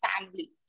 family